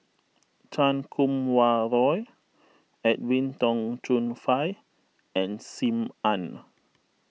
Chan Kum Wah Roy Edwin Tong Chun Fai and Sim Ann